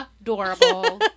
adorable